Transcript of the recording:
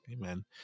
amen